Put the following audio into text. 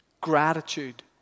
Gratitude